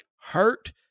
hurt